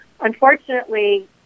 unfortunately